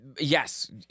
Yes